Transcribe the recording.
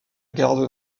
garde